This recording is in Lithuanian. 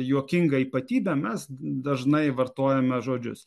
juokingą ypatybę mes dažnai vartojame žodžius